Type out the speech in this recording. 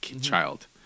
child